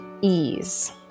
ease